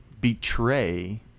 betray